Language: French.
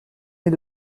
est